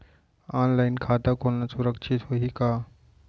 Online खाता खोलना सुरक्षित होही का?